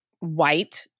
White